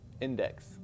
index